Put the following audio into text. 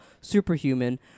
superhuman